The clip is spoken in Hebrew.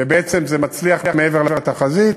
ובעצם זה מצליח מעבר לתחזית.